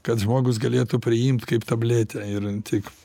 kad žmogus galėtų priimt kaip tabletę ir tik